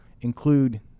include